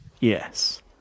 yes